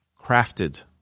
crafted